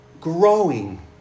growing